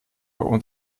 und